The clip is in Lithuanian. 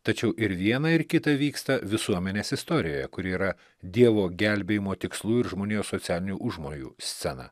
tačiau ir viena ir kita vyksta visuomenės istorijoje kuri yra dievo gelbėjimo tikslų ir žmonijos socialinių užmojų scena